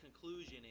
conclusion